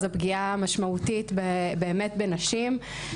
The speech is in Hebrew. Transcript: זו פגיעה משמעותית באמת בנשים.